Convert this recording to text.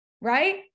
right